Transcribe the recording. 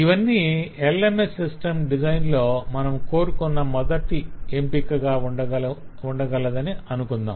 ఇవన్నీ LMS system design లో మనం కోరుకున్న మొదటి ఎంపికగా ఉండగలదని అనుకొందాం